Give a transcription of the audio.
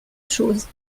choses